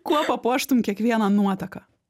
kuo papuoštum kiekvieną nuotaką